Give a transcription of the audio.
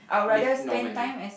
live normally